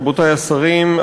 רבותי השרים,